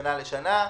משנה לשנה,